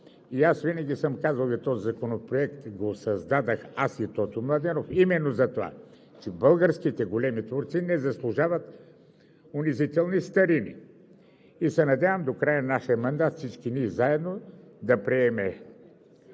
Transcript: Винаги съм казвал – този законопроект го създадох аз и Тотю Младенов именно затова, че българските големи творци не заслужават унизителни старини. Надявам се до края на нашия мандат всички ние заедно да приемем